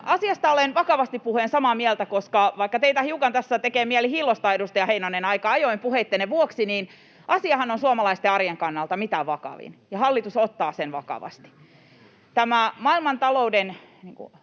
Asiasta olen vakavasti puhuen samaa mieltä. Vaikka teitä hiukan tässä tekee mieli hiillostaa, edustaja Heinonen, aika ajoin puheittenne vuoksi, niin asiahan on suomalaisten arjen kannalta mitä vakavin, ja hallitus ottaa sen vakavasti. [Sosiaalidemokraattien